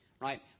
right